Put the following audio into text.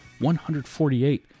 148